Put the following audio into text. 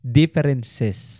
differences